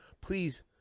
Please